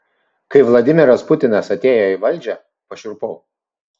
kai vladimiras putinas atėjo į valdžią pašiurpau